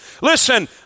Listen